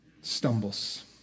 stumbles